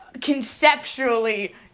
conceptually